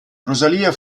rosalia